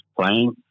playing